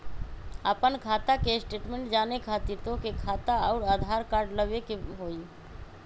आपन खाता के स्टेटमेंट जाने खातिर तोहके खाता अऊर आधार कार्ड लबे के होइ?